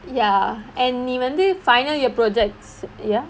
ya and நீ வந்து:nee vanthu final year projects ya